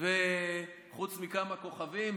חוץ מכמה כוכבים,